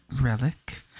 relic